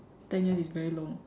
ten years is very long